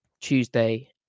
Tuesday